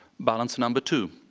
balance number two,